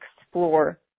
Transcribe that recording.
explore